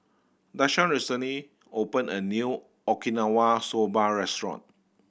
Dashawn recently opened a new Okinawa Soba Restaurant